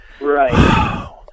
Right